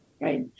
Right